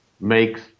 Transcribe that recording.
makes